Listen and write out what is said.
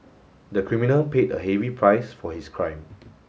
the criminal paid a heavy price for his crime